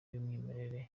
y’umwimerere